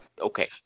Okay